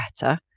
better